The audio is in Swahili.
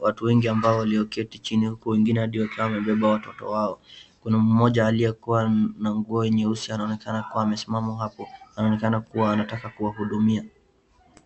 watu wengi ambao walioketi chini huku wengine hadi wakiwa wamebeba watoto wao. Kuna mmoja aliye kuwa na nguo nyeusi anaonekana kuwa amesimama hapo anaonekana kuwa anataka kuwa hudumia.